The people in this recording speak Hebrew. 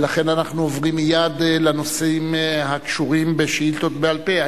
ולכן אנחנו עוברים מייד לנושאים הקשורים לשאילתות בעל-פה.